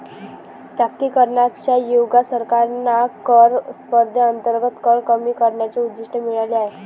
जागतिकीकरणाच्या युगात सरकारांना कर स्पर्धेअंतर्गत कर कमी करण्याचे उद्दिष्ट मिळाले आहे